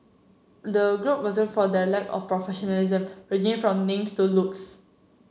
the group was for their lack of professionalism ranging from names to looks